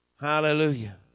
Hallelujah